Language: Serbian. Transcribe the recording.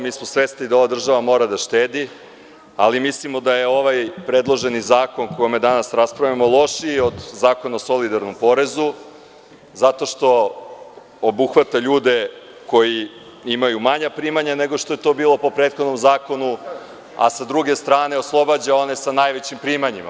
Mi smo svesni da ova država mora da štedi, ali mislimo da je ovaj predloženi zakon o kome danas raspravljamo lošiji od Zakona o solidarnom porezu, zato što obuhvata ljude koji imaju manja primanja nego što je to bilo po prethodnom zakonu, a s druge strane oslobađa one sa najvećim primanjima.